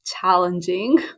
challenging